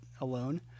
alone